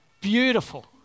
Beautiful